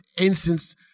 instance